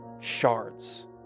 shards